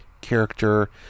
character